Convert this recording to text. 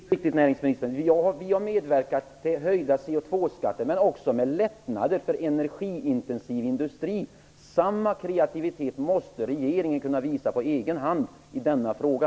Fru talman! Det är mycket riktigt, näringsministern, att vi har medverkat till höjda koldioxidskatter men också till lättnader för energiintensiv industri. Samma kreativitet måste regeringen kunna visa på egen hand i denna fråga.